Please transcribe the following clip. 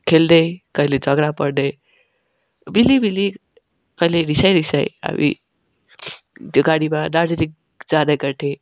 खेल्दै कहिले झगडा पर्दै मिलिमिलि कहिले रिसाइ रिसाइ हामी त्यो गाडीमा दार्जिलिङ जाने गर्थेँ